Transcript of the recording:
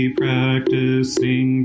practicing